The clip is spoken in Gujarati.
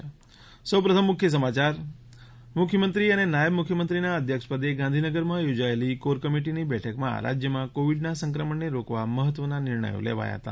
ે મુખ્યમંત્રી અને નાયબ મુખ્યમંત્રીના અધ્યક્ષપદે ગાંધીનગરમાં યોજાયેલી કોર કમિટિની બેઠકમાં રાજ્યમાં કોવિડના સંક્રમણને રોકવા મહત્વના નિર્ણયો લેવાયા હતા